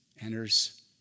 enters